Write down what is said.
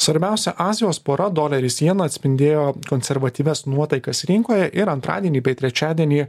svarbiausia azijos pora doleris jena atspindėjo konservatyvias nuotaikas rinkoje ir antradienį bei trečiadienį